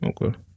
Okay